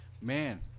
man